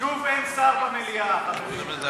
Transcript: שוב אין שר במליאה, חברים.